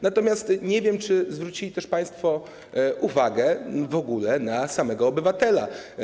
Natomiast nie wiem, czy zwrócili też państwo uwagę w ogóle na samego obywatela.